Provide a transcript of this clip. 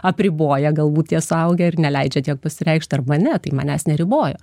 apriboja galbūt tie suaugę ir neleidžia tiek pasireikšt arba ne tai manęs neribojo